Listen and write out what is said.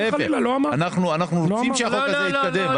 להיפך אנחנו רוצים שהחוק הזה יתקדם,